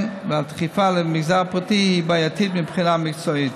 ה"דחיפה" למגזר הפרטי היא בעייתית מבחינה מקצועית.